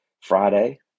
Friday